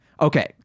okay